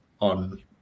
on